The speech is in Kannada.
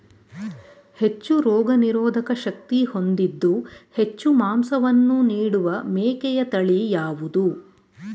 ಹೆಚ್ಚು ರೋಗನಿರೋಧಕ ಶಕ್ತಿ ಹೊಂದಿದ್ದು ಹೆಚ್ಚು ಮಾಂಸವನ್ನು ನೀಡುವ ಮೇಕೆಯ ತಳಿ ಯಾವುದು?